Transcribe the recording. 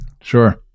sure